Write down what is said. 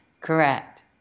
correct